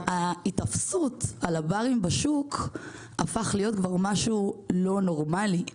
ההיתפסות על הברים בשוק כבר הפכה להיות משהו לא נורמלי,